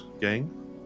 gang